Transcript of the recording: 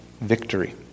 victory